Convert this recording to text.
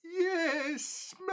Yes